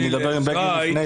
ואני אדבר עם בגין לפני.